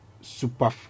Super